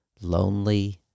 lonely